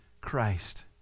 Christ